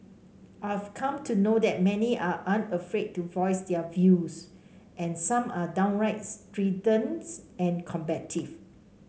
I've come to know that many are unafraid to voice their views and some are downright strident and combative